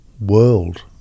world